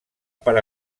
per